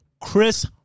Chris